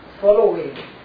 following